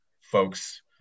folks